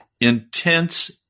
intense